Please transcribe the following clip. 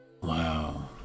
wow